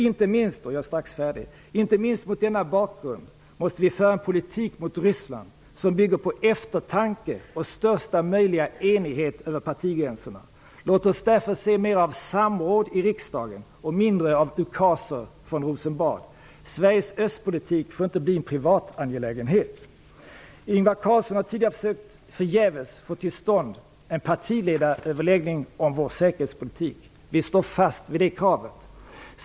Inte minst mot denna bakgrund måste vi föra en politik mot Ryssland som bygger på eftertanke och största möjliga enighet över partigränserna. Låt oss därför se mera av samråd i riksdagen och mindre av ukaser från Rosenbad. Sveriges östpolitik får inte bli en privatangelägenhet. Ingvar Carlsson har tidigare förgäves försökt få till stånd en partiledaröverläggning om vår säkerhetspolitik. Vi står fast vid det kravet.